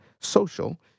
social